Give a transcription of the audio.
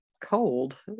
cold